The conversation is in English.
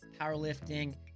Powerlifting